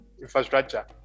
infrastructure